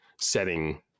setting